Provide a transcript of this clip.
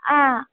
ആ